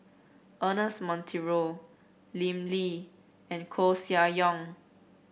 Ernest Monteiro Lim Lee and Koeh Sia Yong